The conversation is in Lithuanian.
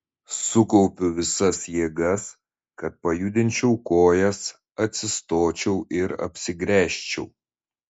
sukaupiu visas jėgas kad pajudinčiau kojas atsistočiau ir apsigręžčiau